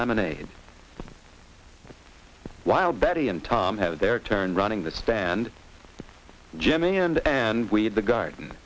lemonade while betty and tom have their turn running the stand jimmy end and we have the garden